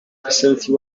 facility